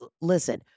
listen